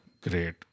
great